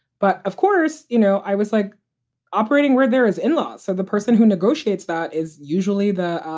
but, of course, you know, i was like operating where there is in law. so the person who negotiates that is usually the,